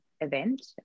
event